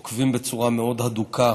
עוקבים בצורה מאוד הדוקה